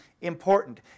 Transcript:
important